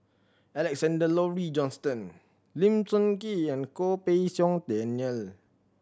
Alexander Laurie Johnston Lim Sun Gee and Goh Pei Siong Daniel